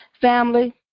Family